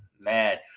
Man